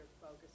focus